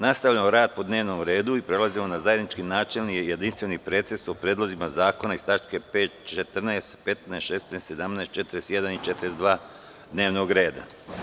Nastavljamo rad po dnevnom redu i prelazimo na zajednički načelni i jedinstveni pretres o predlozima zakona iz tačaka 5, 14, 15, 16, 17, 41. i 42. dnevnog reda.